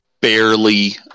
barely